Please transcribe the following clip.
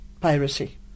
piracy